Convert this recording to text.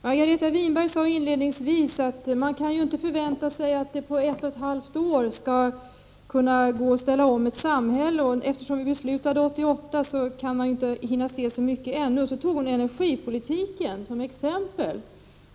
Herr talman! Margareta Winberg sade inledningsvis att man ju inte kan förvänta sig att man på ett och ett halvt år skall kunna ändra ett samhälle. Eftersom vi beslutade 1988, kan man inte se så mycket ännu. Sedan nämnde hon energipolitiken som exempel.